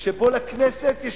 שבו לכנסת יש